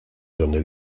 donde